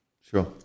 Sure